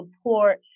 support